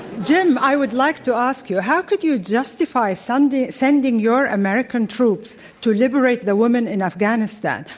jim, i would like to ask you, how could you justify sending sending your american troops to liberate the women in afghanistan,